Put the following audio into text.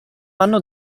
hanno